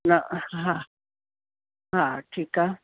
न हा हा ठीकु आहे